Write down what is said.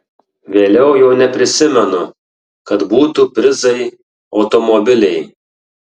vėliau jau neprisimenu kad būtų prizai automobiliai